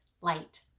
light